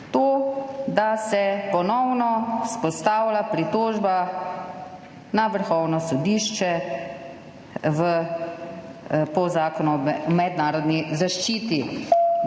to, da se ponovno vzpostavlja pritožba na Vrhovno sodišče po Zakonu o mednarodni zaščiti.